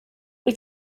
wyt